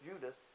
Judas